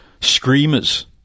screamers